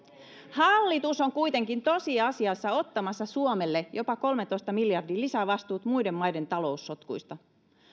hallitus on kuitenkin tosiasiassa ottamassa suomelle jopa kolmentoista miljardin lisävastuut muiden maiden taloussotkuista